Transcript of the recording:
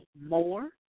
more